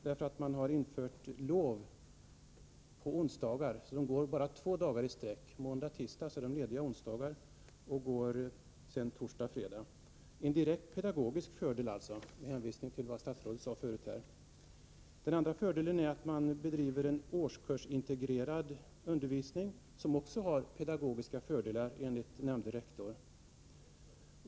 Man har nämligen infört lov på onsdagar, så barnen går bara två dagar i sträck. De går måndag och tisdag, är lediga på onsdag och går sedan torsdag och fredag. Det är en direkt pedagogisk fördel — med hänvisning till vad statsrådet sade förut. Den andra fördelen är att man bedriver en årskursintegrerad undervisning, vilket också har pedagogiska fördelar enligt nämnde rektor.